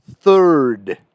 Third